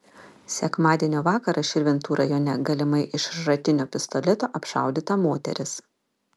sekmadienio vakarą širvintų rajone galimai iš šratinio pistoleto apšaudyta moteris